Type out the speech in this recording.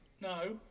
No